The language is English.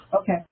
Okay